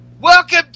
welcome